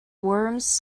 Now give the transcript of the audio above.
worms